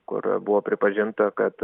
kur buvo pripažinta kad